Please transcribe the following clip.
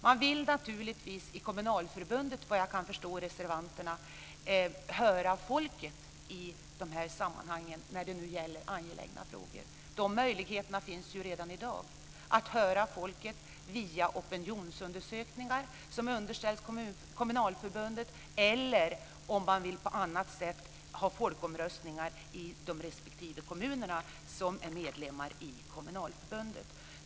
Såvitt jag kan förstå av reservanten vill man naturligtvis i kommunalförbundet höra folket när det gäller angelägna frågor. De möjligheterna finns ju redan i dag. Man kan höra folket via opinionsundersökningar som underställs kommunalförbundet eller man kan ha folkomröstningar i de respektive kommunerna, som är medlemmar i kommunalförbundet.